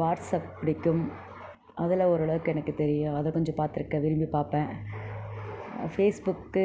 WhatsApp பிடிக்கும் அதில் ஓரளவுக்கு எனக்கு தெரியும் அது கொஞ்சம் பாத்திருக்கேன் விரும்பி பார்ப்பேன் ஃபேஸ் புக்